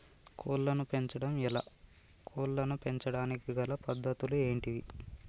కోళ్లను పెంచడం ఎలా, కోళ్లను పెంచడానికి గల పద్ధతులు ఏంటివి?